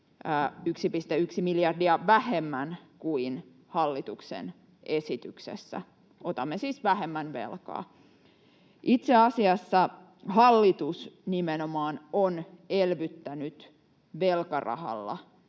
1,1 miljardia vähemmän kuin hallituksen esityksessä. Otamme siis vähemmän velkaa. Itse asiassa hallitus nimenomaan on elvyttänyt velkarahalla.